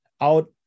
out